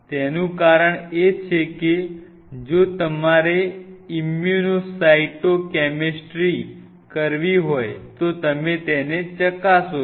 તેનું કારણ એ છે કે જો તમારે ઇમ્યુનો સાઈટો કેમિસ્ટ્રી કરવી હોય તો તમે તેને ચકાશો છો